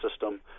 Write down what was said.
system